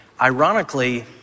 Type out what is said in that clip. Ironically